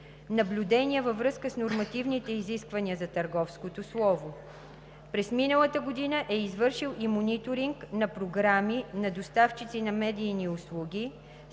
наблюдения във връзка с нормативните изисквания за търговското слово. През миналата година е извършил и мониторинг на програми на доставчици на медийни услуги